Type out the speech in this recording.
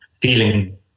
feeling